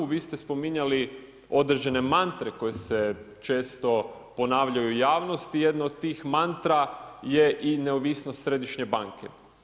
Vi ste spominjali određene mantre koje se često ponavljaju u javnosti, jedno od tih mantra je i neovisnost središnje banke.